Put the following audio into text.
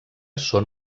són